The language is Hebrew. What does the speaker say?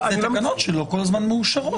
זה תקנות שלא כל הזמן מאושרות.